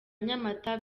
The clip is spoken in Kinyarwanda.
nyamata